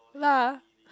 lah